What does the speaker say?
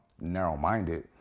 narrow-minded